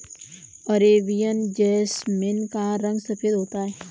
Arabian jasmine का रंग सफेद होता है